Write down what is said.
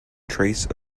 trace